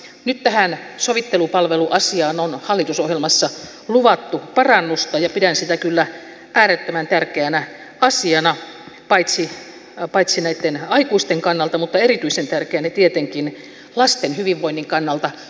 nyt tähän sovittelupalveluasiaan on hallitusohjelmassa luvattu parannusta ja pidän sitä kyllä äärettömän tärkeänä asiana paitsi näitten aikuisten kannalta niin erityisen tärkeänä tietenkin lasten hyvinvoinnin kannalta